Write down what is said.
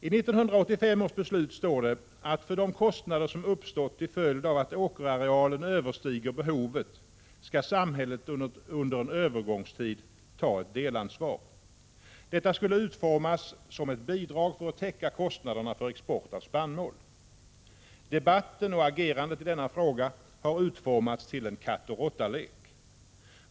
11985 års beslut står det att för de kostnader som uppstått till följd av att åkerarealen överstiger behovet skall samhället under en övergångstid ta ett delansvar. Detta skulle utformas som ett bidrag för att täcka kostnaderna för export av spannmål. Debatten och agerandet i denna fråga har kommit att bli en katt-och-råtta-lek.